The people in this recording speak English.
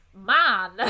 Man